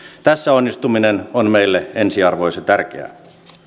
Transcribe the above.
tässä onnistuminen on meille ensiarvoisen tärkeää